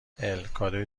الکادوی